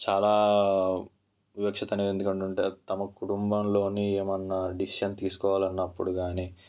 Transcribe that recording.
చాలా వివక్షత అనేది ఎందుకంటే తమ కుటుంబంలోని ఏమన్నా డిసిషన్ తీసుకోవాలన్నా అప్పుడు కానీ